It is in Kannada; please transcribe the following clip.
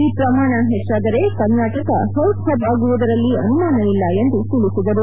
ಈ ಪ್ರಮಾಣ ಹೆಚ್ದಾದರೆ ಕರ್ನಾಟಕ ಹೆಲ್ತ್ಪಬ್ ಆಗುವುದರಲ್ಲಿ ಅನುಮಾನವಿಲ್ಲ ಎಂದು ತಿಳಿಸಿದರು